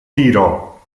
tiro